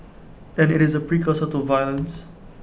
then IT is A precursor to violence